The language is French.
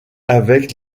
avec